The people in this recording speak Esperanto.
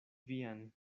vian